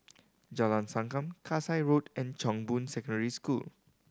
Jalan Sankam Kasai Road and Chong Boon Secondary School